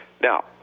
Now